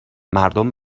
مردم